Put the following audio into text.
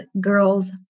Girls